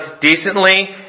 decently